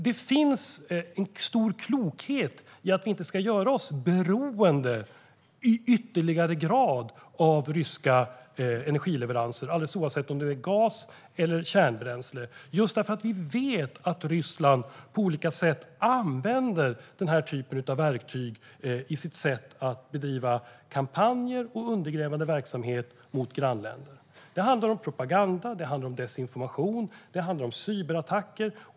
Det finns en stor klokhet i att vi inte ska göra oss i ytterligare grad beroende av ryska energileveranser, alldeles oavsett om det är gas eller kärnbränsle. Vi vet att Ryssland på olika sätt använder den typen av verktyg i sitt sätt att bedriva kampanjer och undergrävande verksamhet mot grannländer. Det handlar om propaganda, desinformation och cyberattacker.